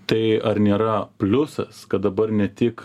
tai ar nėra pliusas kad dabar ne tik